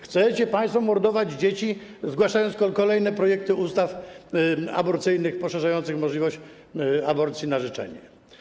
Chcecie państwo mordować dzieci, zgłaszając kolejne projekty ustaw aborcyjnych, poszerzających możliwość aborcji na życzenie.